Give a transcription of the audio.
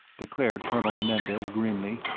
declared colonel menendez, grimly.